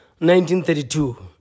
1932